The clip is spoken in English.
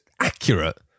accurate